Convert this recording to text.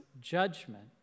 judgment